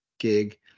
gig